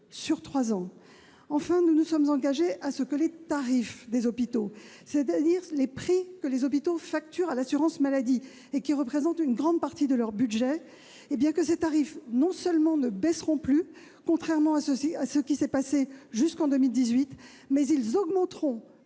sur trois ans. Enfin, nous nous sommes engagés à ce que les tarifs des hôpitaux, c'est-à-dire les prix qu'ils facturent à l'assurance maladie, et qui représentent une grande partie de leur budget, non seulement ne baissent plus, contrairement à ce qui s'est passé jusqu'en 2018, mais augmentent